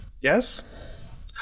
Yes